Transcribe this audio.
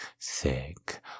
thick